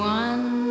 one